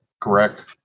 Correct